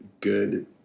good